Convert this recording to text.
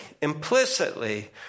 implicitly